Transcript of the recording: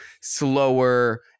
slower